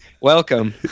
Welcome